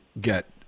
get